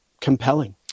compelling